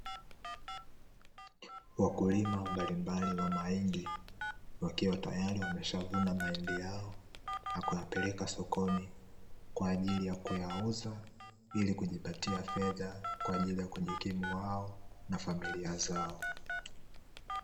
Wakulima mbalimbali wa mahindi wakiwa tayari wamshavuna mahindi yao na kuyapeleka sokoni, kwa ajili ya kuyauza ili kujipatia fedha za kujikimu wao na familia zao.